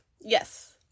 Yes